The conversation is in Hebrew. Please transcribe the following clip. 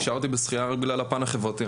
נשארתי בשחייה רק בגלל הפן החברתי.